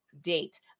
date